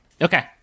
okay